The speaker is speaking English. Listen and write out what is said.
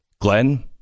Glenn